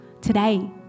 today